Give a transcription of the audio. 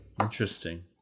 Interesting